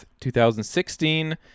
2016